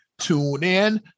TuneIn